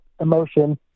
emotion